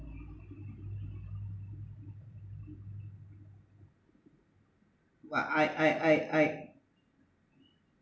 but I I I I